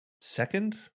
second